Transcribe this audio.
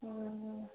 हम्म हम्म